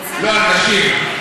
לא, על נשים.